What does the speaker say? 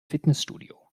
fitnessstudio